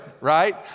right